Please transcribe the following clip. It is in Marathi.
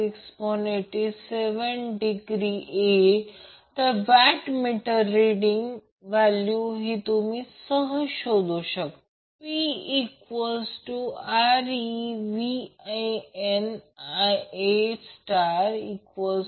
तर हा अँगल 90° आहे म्हणून ते वॅटमीटर रीडिंग हे Vbc चे मग्निट्यूड आणि करंट Ia चे मग्निट्यूड असेल मी कधीकधी बार लावला आहे कधीकधी बार लावला नाही